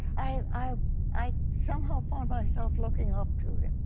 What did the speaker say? i i somehow found myself looking up to him.